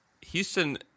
Houston